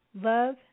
Love